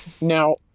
Now